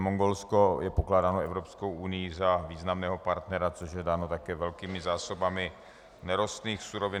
Mongolsko je pokládáno Evropskou unií za významného partnera, což je dáno také velkými zásobami nerostných surovin.